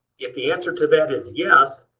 if the answer to that is yes,